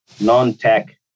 non-tech